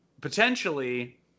potentially